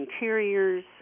interiors